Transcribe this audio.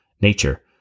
Nature